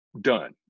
done